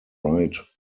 right